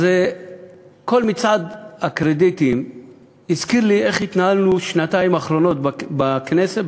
אז כל מצעד הקרדיטים הזכיר לי איך התנהלנו בשנתיים האחרונות בכנסת,